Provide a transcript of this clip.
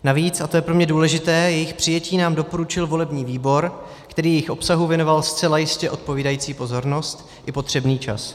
Navíc, a to je pro mě důležité, jejich přijetí nám doporučil volební výbor, který jejich obsahu věnoval zcela jistě odpovídající pozornost i potřebný čas.